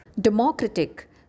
Democratic